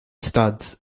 studs